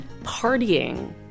partying